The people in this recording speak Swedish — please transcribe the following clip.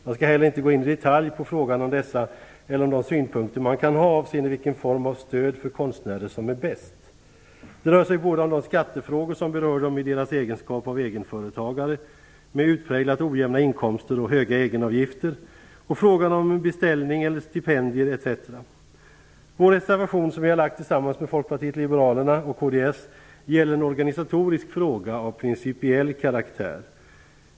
Jag skall heller inte gå in i detalj på frågan om dessa eller om de synpunkter man kan ha avseende vilken form av stöd för konstnärer som är bäst. Det rör sig både om de skattefrågor som berör dem i deras egenskap av egenföretagare med utpräglat ojämna inkomster och höga egenavgifter och frågan om beställning, stipendier, etc. Vår reservation, som vi har avgett tillsammans med Folkpartiet liberalerna och kds, gäller en organisatorisk fråga av principiell karaktär.